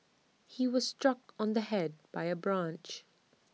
he was struck on the Head by A branch